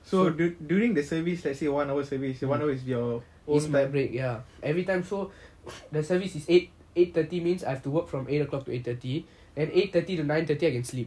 so during the service let's say one hour service then one hour is your own time